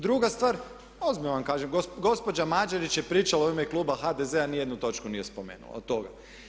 Druga stvar, ozbiljno vam kažem, gospođa Mađerić je pričala u ime Kluba HDZ-a, ni jednu točku nije spomenula od toga.